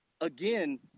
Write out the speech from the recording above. again